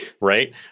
right